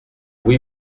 oui